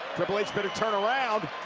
triple h better turn around.